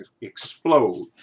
explode